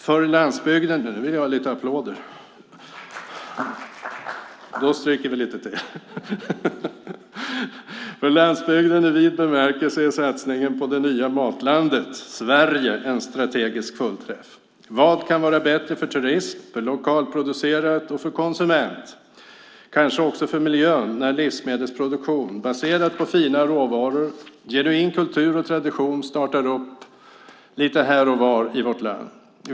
För landsbygden i vid bemärkelse är satsningen på det nya matlandet Sverige en strategisk fullträff. Vad kan vara bättre för turism, för lokalproducerat och för konsument - kanske också för miljön - än att livsmedelsproduktion, baserad på fina råvaror, genuin kultur och tradition startar lite här och var i vårt land?